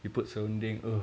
you put serunding !oof!